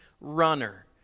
runner